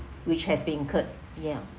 which has been incurred yeah